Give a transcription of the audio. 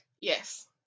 Yes